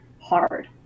hard